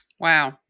Wow